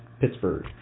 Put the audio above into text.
Pittsburgh